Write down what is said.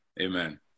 Amen